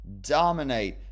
dominate